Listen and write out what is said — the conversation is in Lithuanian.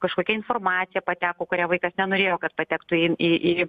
kažkokia informacija pateko kurią vaikas nenorėjo kad patektų į į į